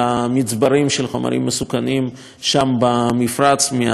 של חומרים מסוכנים שם במפרץ מהשרפה הזאת.